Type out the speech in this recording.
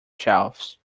shelves